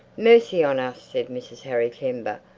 mercy on us, said mrs. harry kember,